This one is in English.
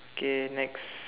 okay next